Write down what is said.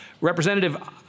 Representative